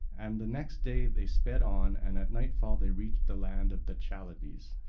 and the next day they sped on and at nightfall they reached the land of the chalybes.